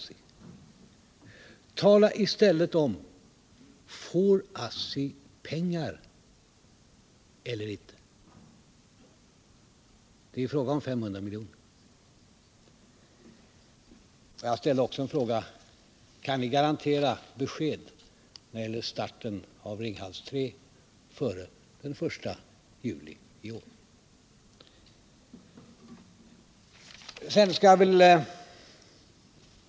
Men, herr Åsling, svara i stället på frågan: Får ASSI pengar cller inte? — Det är fråga om 500 miljoner. Jag ställde också frågan: Kan ni garantera besked när det gäller starten av Ringhals 3 före den I juli i år?